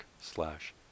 slash